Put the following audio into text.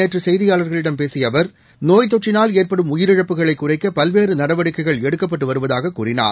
நேற்றுசெய்தியாளர்களிடம் சென்னையில் பேசியஅவர் நோய் தொற்றினால் எற்படும் உயிரிழப்புகளைகுறைக்கபல்வேறுநடவடிக்கைகள் எடுக்கப்பட்டுவருவதாகக் கூறினார்